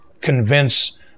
convince